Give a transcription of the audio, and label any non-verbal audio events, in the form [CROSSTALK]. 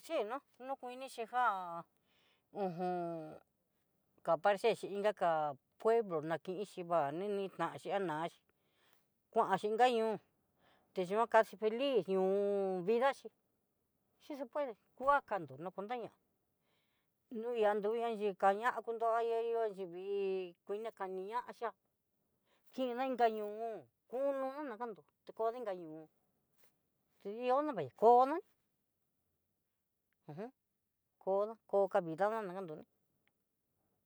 Xhino no kuini já ho jom ka parxexi inga ká publo nakinxhi va'a níni tanxhi anaxhi, kuaxhi inka ñoo te ñoo kaxhi feliz ñoo vidaxi si se puede kua kando, no kon ña'a niun aduya chí kana kundo aya yo'a xhivii kuini kani ñaxhia kina inga ño'o kunona nakando tiko inga ñoo tiondo vaya kona uj [HESITATION] kona ko kavidana nakando ni.